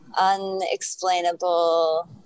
unexplainable